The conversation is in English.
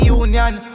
union